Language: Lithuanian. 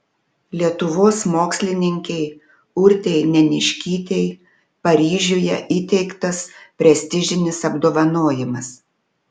lietuvos mokslininkei urtei neniškytei paryžiuje įteiktas prestižinis apdovanojimas